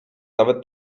nawet